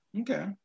Okay